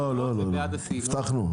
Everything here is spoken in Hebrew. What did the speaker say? לא הבטחנו,